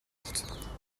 mortes